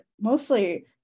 mostly